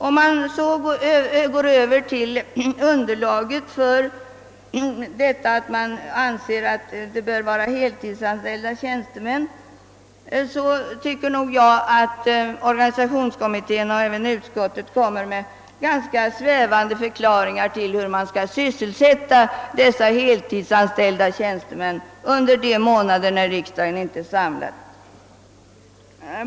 För att sedan övergå till underlaget för utskottets uppfattning att tjänstemännen bör vara heltidsanställda tycker jag att organisationsutredningen och utskotten lämnar ganska svävande förklaringar till hur dessa heltidsanställda tjänstemän skall sysselsättas under de månader när riksdagen inte är samlad.